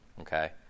okay